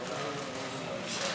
מי נמנע?